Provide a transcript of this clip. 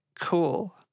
cool